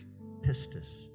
pistis